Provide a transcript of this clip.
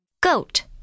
goat